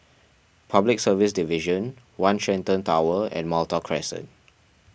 Public Service Division one Shenton Tower and Malta Crescent